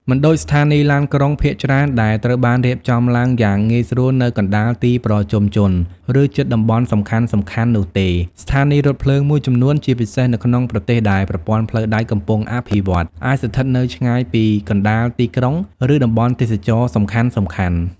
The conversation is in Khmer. មិនដូចស្ថានីយ៍ឡានក្រុងភាគច្រើនដែលត្រូវបានរៀបចំឡើងយ៉ាងងាយស្រួលនៅកណ្តាលទីប្រជុំជន ឬជិតតំបន់សំខាន់ៗនោះទេ ស្ថានីយ៍រថភ្លើងមួយចំនួន ជាពិសេសនៅក្នុងប្រទេសដែលប្រព័ន្ធផ្លូវដែកកំពុងអភិវឌ្ឍ អាចស្ថិតនៅ ឆ្ងាយពីកណ្តាលទីក្រុង ឬតំបន់ទេសចរណ៍សំខាន់ៗ។